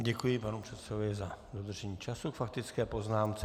Děkuji panu předsedovi za dodržení času k faktické poznámce.